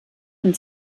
von